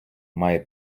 має